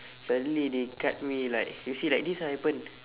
suddenly they cut me like you see like this ah happen